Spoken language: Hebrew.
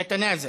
יתנאזל,